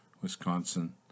wisconsin